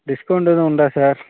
discount எதுவும் உண்டா sir